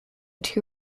two